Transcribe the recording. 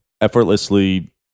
effortlessly